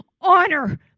Honor